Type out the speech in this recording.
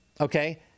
okay